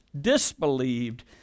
disbelieved